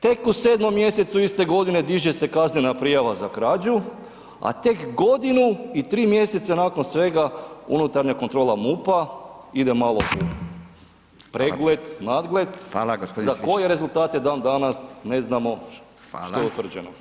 Tek u 7. mjesecu iste godine diže se kaznena prijava za krađu, a tek godinu i 3. mjeseca nakon svega unutarnja kontrola MUP-a, ide malo u pregled [[Upadica: Hvala]] nadgled [[Upadica: Hvala g. Stričak]] za koje rezultate dan danas ne znamo što je utvrđeno.